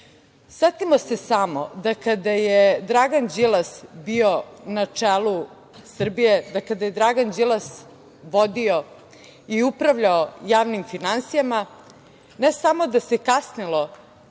se samo da kada je Dragan Đilas bio na čelu Srbije, da kada je Dragan Đilas vodio i upravljao javnim finansijama ne samo da se kasnilo